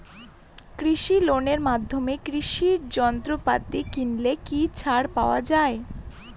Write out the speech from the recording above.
কৃষি লোনের মাধ্যমে কৃষি যন্ত্রপাতি কিনলে কি ছাড় পাওয়া যায়?